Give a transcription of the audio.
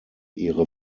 ihre